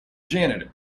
janitor